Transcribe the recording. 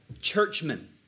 churchmen